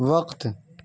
وقت